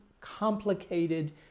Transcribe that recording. complicated